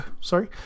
sorry